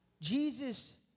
Jesus